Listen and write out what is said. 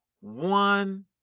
one